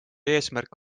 eesmärk